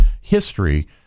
history